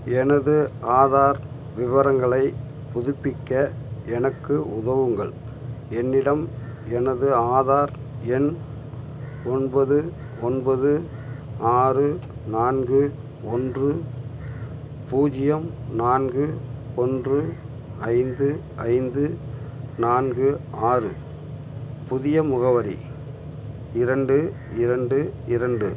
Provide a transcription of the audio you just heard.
எனது ஆதார் விவரங்களைப் புதுப்பிக்க எனக்கு உதவுங்கள் என்னிடம் எனது ஆதார் எண் ஒன்பது ஒன்பது ஆறு நான்கு ஒன்று பூஜ்ஜியம் நான்கு ஒன்று ஐந்து ஐந்து நான்கு ஆறு புதிய முகவரி இரண்டு இரண்டு இரண்டு